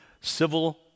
civil